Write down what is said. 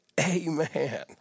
Amen